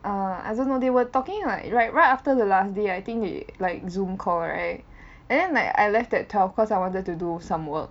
err I don't know they were talking like right right after the last day I think they like Zoom call right and then like I left at twelve cause I wanted to do some work